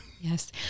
Yes